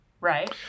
right